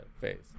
phase